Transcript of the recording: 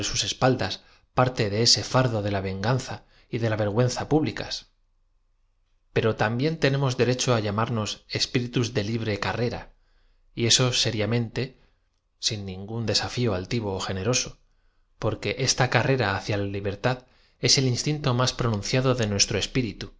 sus espaldas parte de ese fardo de la venganza y de la vergüenza públi cas pero también tenemos derecho á llamarnos es piritas do libre carrera y eso seriamente sin ningún desafio altivo ó generoso porque esta carrera hacia la libertad ea el instinto más pronunciado de nuestro eeplritu